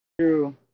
True